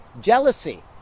jealousy